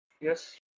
Yes